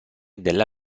della